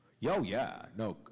yeah oh, yeah. no,